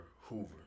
hoover